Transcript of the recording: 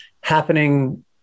happening